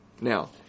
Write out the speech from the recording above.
Now